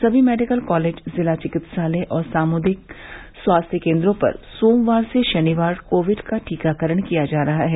समी medical college जिला चिकित्सालय और सामुदायिक स्वास्थ्य केन्द्रों पर सोमवार से शनिवार कोविड का टीकाकरण किया जा रहा है